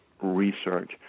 research